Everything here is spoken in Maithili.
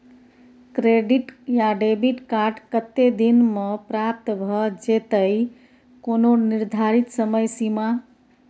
क्रेडिट या डेबिट कार्ड कत्ते दिन म प्राप्त भ जेतै, कोनो निर्धारित समय सीमा?